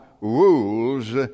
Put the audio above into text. rules